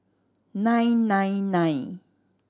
nine nine nine